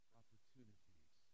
opportunities